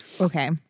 Okay